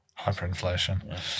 Hyperinflation